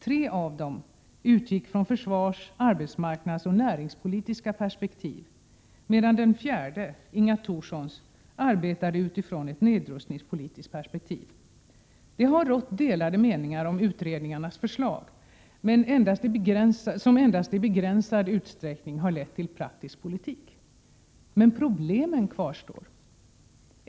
Tre av dem utgick från försvars-, arbetsmarknadsoch näringspolitiska perspektiv, medan den fjärde — Inga Thorssons — arbetade utifrån ett nedrustningspolitiskt perspektiv. Det har rått delade meningar om utredningarnas förslag, som endast i begränsad utsträckning lett till praktisk politik. Men problemen kvarstår.